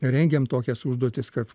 rengiam tokias užduotis kad